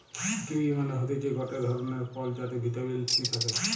kiwi মানে হতিছে গটে ধরণের ফল যাতে ভিটামিন সি থাকে